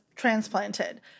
transplanted